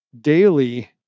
daily